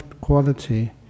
quality